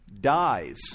dies